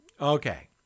Okay